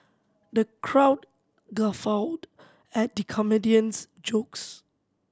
the crowd guffawed at the comedian's jokes